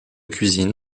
cuisine